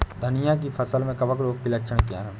धनिया की फसल में कवक रोग के लक्षण क्या है?